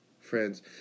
friends